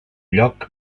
lloc